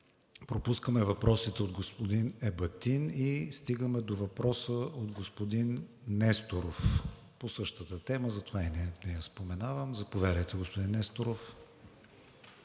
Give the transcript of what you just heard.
Пропускаме въпросите от господин Ебатин и стигаме до въпроса от господин Несторов по същата тема, затова и не я споменавам. Заповядайте, господин Несторов.